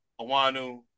Awanu